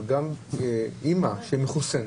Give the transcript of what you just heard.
אימא שמחוסנת,